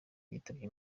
yitabye